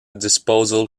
disposal